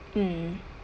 mm